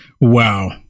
Wow